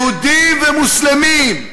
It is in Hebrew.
יהודים ומוסלמים.